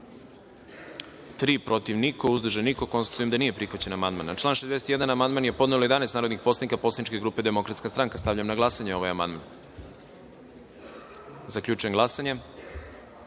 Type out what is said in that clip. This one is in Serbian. protiv – niko, uzdržanih – nema. Konstatujem da nije prihvaćen amandman. Na član 106. amandman je podnelo 11 narodnih poslanika Poslaničke grupe Demokratska stranka. Stavljam na glasanje ovaj amandman. Zaključujem glasanje